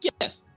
Yes